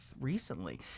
recently